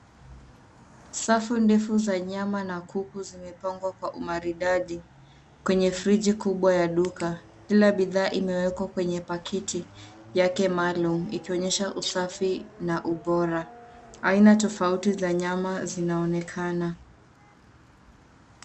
Safu ndefu za nyama na kuku zimepangwa kwa umaridadi kwenye friji kubwa ya duka. Kila bidhaa imewekwa kwenye pakiti yake maalum ukionyesha usafi na ubora. Aina tofauti za nyama zinaonekana.